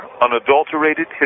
unadulterated